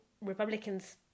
Republicans